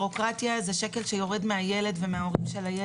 בבירוקרטיה, זה שקל שיורד מהילד ומההורים שלו.